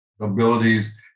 abilities